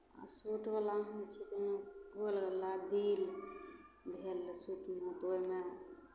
तऽ सूटवला होइ छै जेना गोल गला दिल भेल सूटमे तऽ ओहिमे